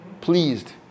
Pleased